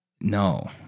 No